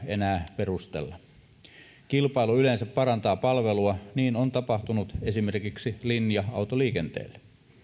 enää perustella kilpailu yleensä parantaa palvelua niin on tapahtunut esimerkiksi linja autoliikenteelle